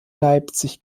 leipzig